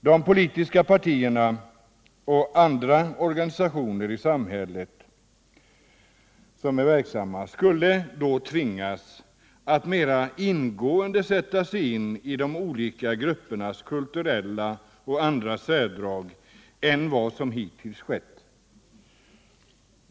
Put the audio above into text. De politiska partierna och andra organisationer som är verksamma i samhället skulle då tvingas att mera ingående sätta sig in i de olika gruppernas kulturella och andra särdrag än vad som skett hittills.